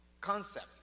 concept